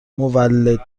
مولدتر